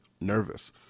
nervous